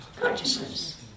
consciousness